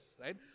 right